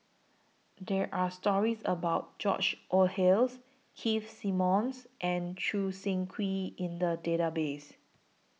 There Are stories about George Oehlers Keith Simmons and Choo Seng Quee in The Database